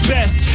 Best